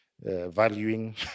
Valuing